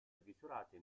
بسرعة